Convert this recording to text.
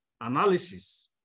analysis